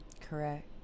Correct